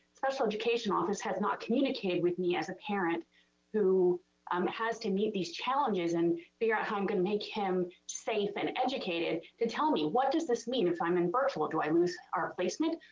special education office has not communicated with me as a parent who um has to meet these challenges and figure out how i'm gonna make him safe and educated. so tell me, what does this mean if i'm in virtual, do i lose our placement?